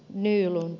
ne jolloin